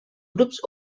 grups